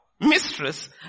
mistress